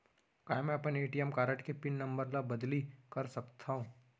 का मैं अपन ए.टी.एम कारड के पिन नम्बर ल बदली कर सकथव?